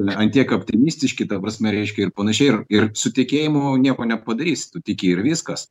ant tiek optimistiški ta prasme reiškia ir panašiai ir ir su tikėjimu nieko nepadarysi tu tiki ir viskas